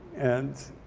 and,